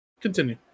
continue